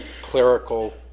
clerical